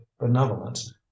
benevolence